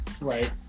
Right